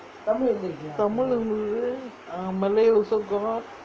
tamil malay also got